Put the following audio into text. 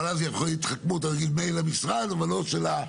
אבל אז יכולה להיות התחכמות: מייל למשרד אבל של הזה.